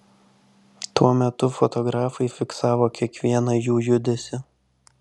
tuo metu fotografai fiksavo kiekvieną jų judesį